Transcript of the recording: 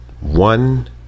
One